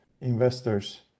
investors